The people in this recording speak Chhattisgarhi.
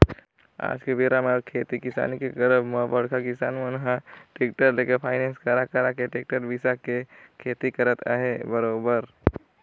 आज के बेरा म खेती किसानी के करब म बड़का किसान मन ह टेक्टर लेके फायनेंस करा करा के टेक्टर बिसा के खेती करत अहे बरोबर